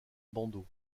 bandeau